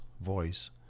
voice